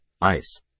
ICE